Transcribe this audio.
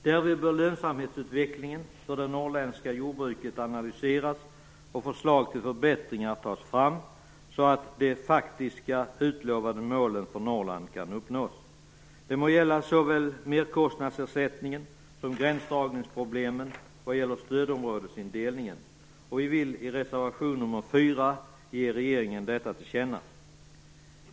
Där bör lönsamhetsutvecklingen för det norrländska jordbruket analyseras och förslag till förbättringar tas fram så att de faktiska utlovade målen för Norrland kan uppnås. Det må gälla såväl merkostnadsersättningen som gränsdragningsproblemen vad gäller stödområdesindelningen. Vi vill i reservation 4 ge regeringen detta till känna.